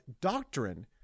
doctrine